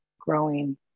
growing